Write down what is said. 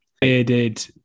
Bearded